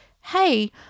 hey